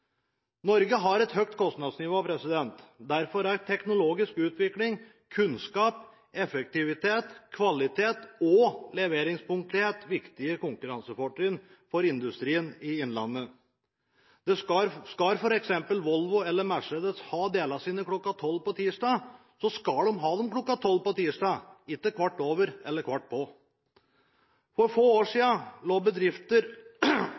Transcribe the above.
Norge har et høyt kostnadsnivå. Derfor er teknologisk utvikling, kunnskap, effektivitet, kvalitet og leveringspunktlighet viktige konkurransefortrinn for industrien i Innlandet. Skal f.eks. Volvo eller Mercedes ha sine deler kl. 12 på tirsdag, skal de få dem kl. 12 på tirsdag – ikke kvart over eller kvart på. For få år